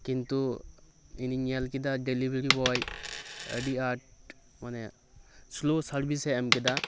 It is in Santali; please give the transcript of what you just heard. ᱠᱤᱱᱛᱩ ᱤᱧᱤᱧ ᱧᱮᱞ ᱠᱮᱫᱟ ᱰᱮᱞᱤᱵᱷᱟᱨᱤ ᱵᱚᱭ ᱟᱹᱰᱤ ᱟᱸᱴ ᱢᱟᱱᱮ ᱥᱞᱳ ᱥᱟᱨᱵᱷᱤᱥ ᱮ ᱮᱢ ᱠᱮᱫᱟ